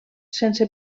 sense